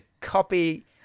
copy